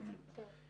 לפנות.